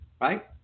right